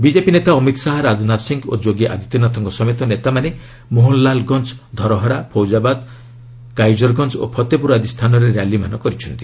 BJP ନେତା ଅମିତ ଶାହା ରାଜନାଥ ସିଂହ ଓ ଯୋଗୀ ଆଦିତ୍ୟନାଥଙ୍କ ସମେତ ନେତାମାନେ ମୋହନଲାଲ୍ଗଞ୍ଜ ଧରହରା ଫୈଜାବାଦ୍ କାଇଜରଗଞ୍ଜ ଓ ଫତେପୁର ଆଦି ସ୍ଥାନରେ ର୍ୟାଲିମାନ କରିଛନ୍ତି